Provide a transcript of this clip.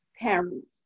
parents